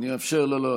לא, לא.